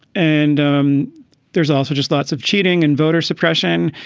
and um there's also just lots of cheating and voter suppression.